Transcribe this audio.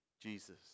Jesus